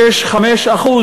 חברי הכנסת,